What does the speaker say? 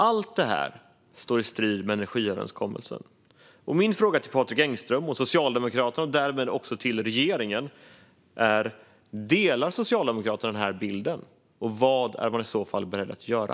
Allt detta står i strid med energiöverenskommelsens förslag. Min fråga till Patrik Engström, Socialdemokraterna och därmed regeringen är: Delar ni denna bild, och vad är ni i så fall beredda att göra?